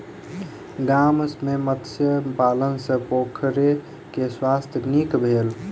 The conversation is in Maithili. गाम में मत्स्य पालन सॅ पोखैर के स्वास्थ्य नीक भेल